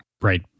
Right